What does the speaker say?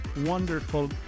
wonderful